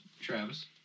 Travis